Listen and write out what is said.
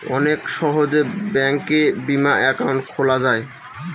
অনেক সহজে ব্যাঙ্কে বিমা একাউন্ট খোলা যায়